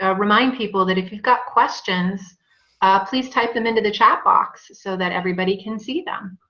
ah remind people that if you've got questions ah please type them into the chat box so that everybody can see them